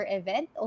event